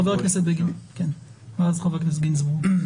חבר הכנסת בגין, בבקשה, ואז חבר הכנסת גינזבורג.